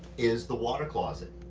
is the water closet.